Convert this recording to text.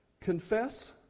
Confess